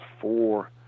four